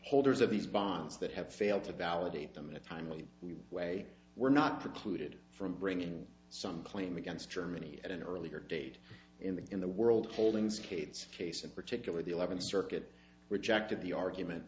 holders of these bonds that have failed to validate them in a timely way were not precluded from bringing some claim against germany at an earlier date in the in the world holdings cade's case in particular the eleventh circuit rejected the argument